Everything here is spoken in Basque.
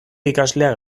ikasleak